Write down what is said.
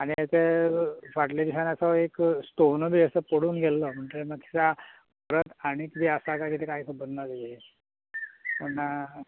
आनी एक फाटल्या दिसांक असो एक स्टोन बी असो पडून गेल्लो परत आनीक आसा कांय कितें कांय खबर ना पूण